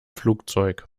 flugzeug